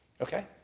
Okay